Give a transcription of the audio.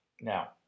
Now